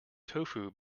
tofu